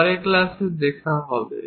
পরের ক্লাসে দেখা হবে